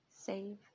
save